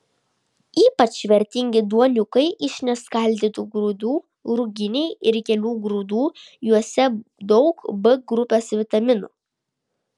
ypač vertingi duoniukai iš neskaldytų grūdų ruginiai ir kelių grūdų juose daug b grupės vitaminų